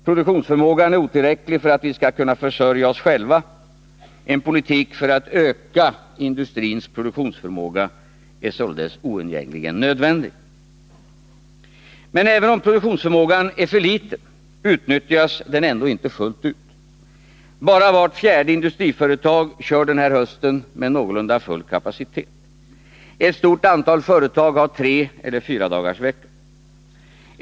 Produktionsförmågan är otillräcklig för att vi skall kunna försörja oss själva. En politik för att öka industrins produktionsförmåga är således oundgängligen nödvändig. Men även om produktionsförmågan är för liten utnyttjas den ändå inte fullt ut. Bara vart fjärde industriföretag kör den här hösten med någorlunda full kapacitet. Ett stort antal företag har treeller fyradagarsvecka.